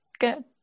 good